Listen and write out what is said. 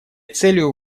целью